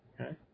Okay